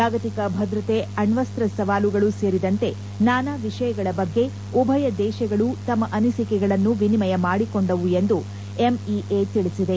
ಜಾಗತಿಕ ಭದ್ರತೆ ಅಣ್ಲಸ್ತ್ರ ಸವಾಲುಗಳು ಸೇರಿದಂತೆ ನಾನಾ ವಿಷಯಗಳ ಬಗ್ಗೆ ಉಭಯ ದೇಶಗಳು ತಮ್ಮ ಅನಿಸಿಕೆಗಳನ್ನು ವಿನಿಮಯ ಮಾಡಿಕೊಂಡವು ಎಂದು ಎಂಇಎ ತಿಳಿಸಿದೆ